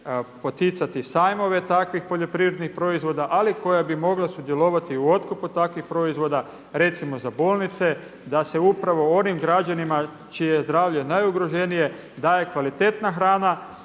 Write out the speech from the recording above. poticati sajmove takvih poljoprivrednih proizvoda ali koja bi i mogla sudjelovati u otkupu takvih proizvoda recimo za bolnice, da se upravo onim građanima čije je zdravlje najugroženije daje kvalitetna hrana